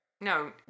No